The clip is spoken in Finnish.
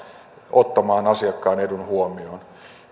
ottamaan asiakkaan edun huomioon